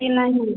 जी नहीं